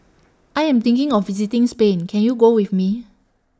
I Am thinking of visiting Spain Can YOU Go with Me